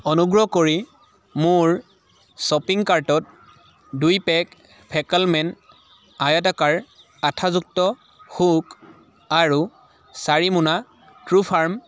অনুগ্ৰহ কৰি মোৰ শ্বপিং কাৰ্টত দুই পেক ফেকলমেক আয়তাকাৰ আঠাযুক্ত হুক আৰু চাৰি মোনা ট্ৰুফাৰ্ম